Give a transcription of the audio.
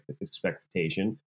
expectation